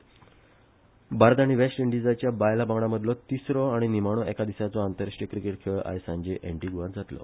आनी भारत आनी वेस्ट इंडिजेचया बायला पंगडामदलो तिसरो आनी निमाणो एका दिसाचो आंतरराष्ट्रीय क्रिकेट खेळ आयज सांजे एंटिग्रआत जातलो